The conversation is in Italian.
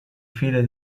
file